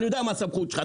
אני יודע מה הסמכות שלך.